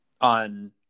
On